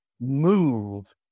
move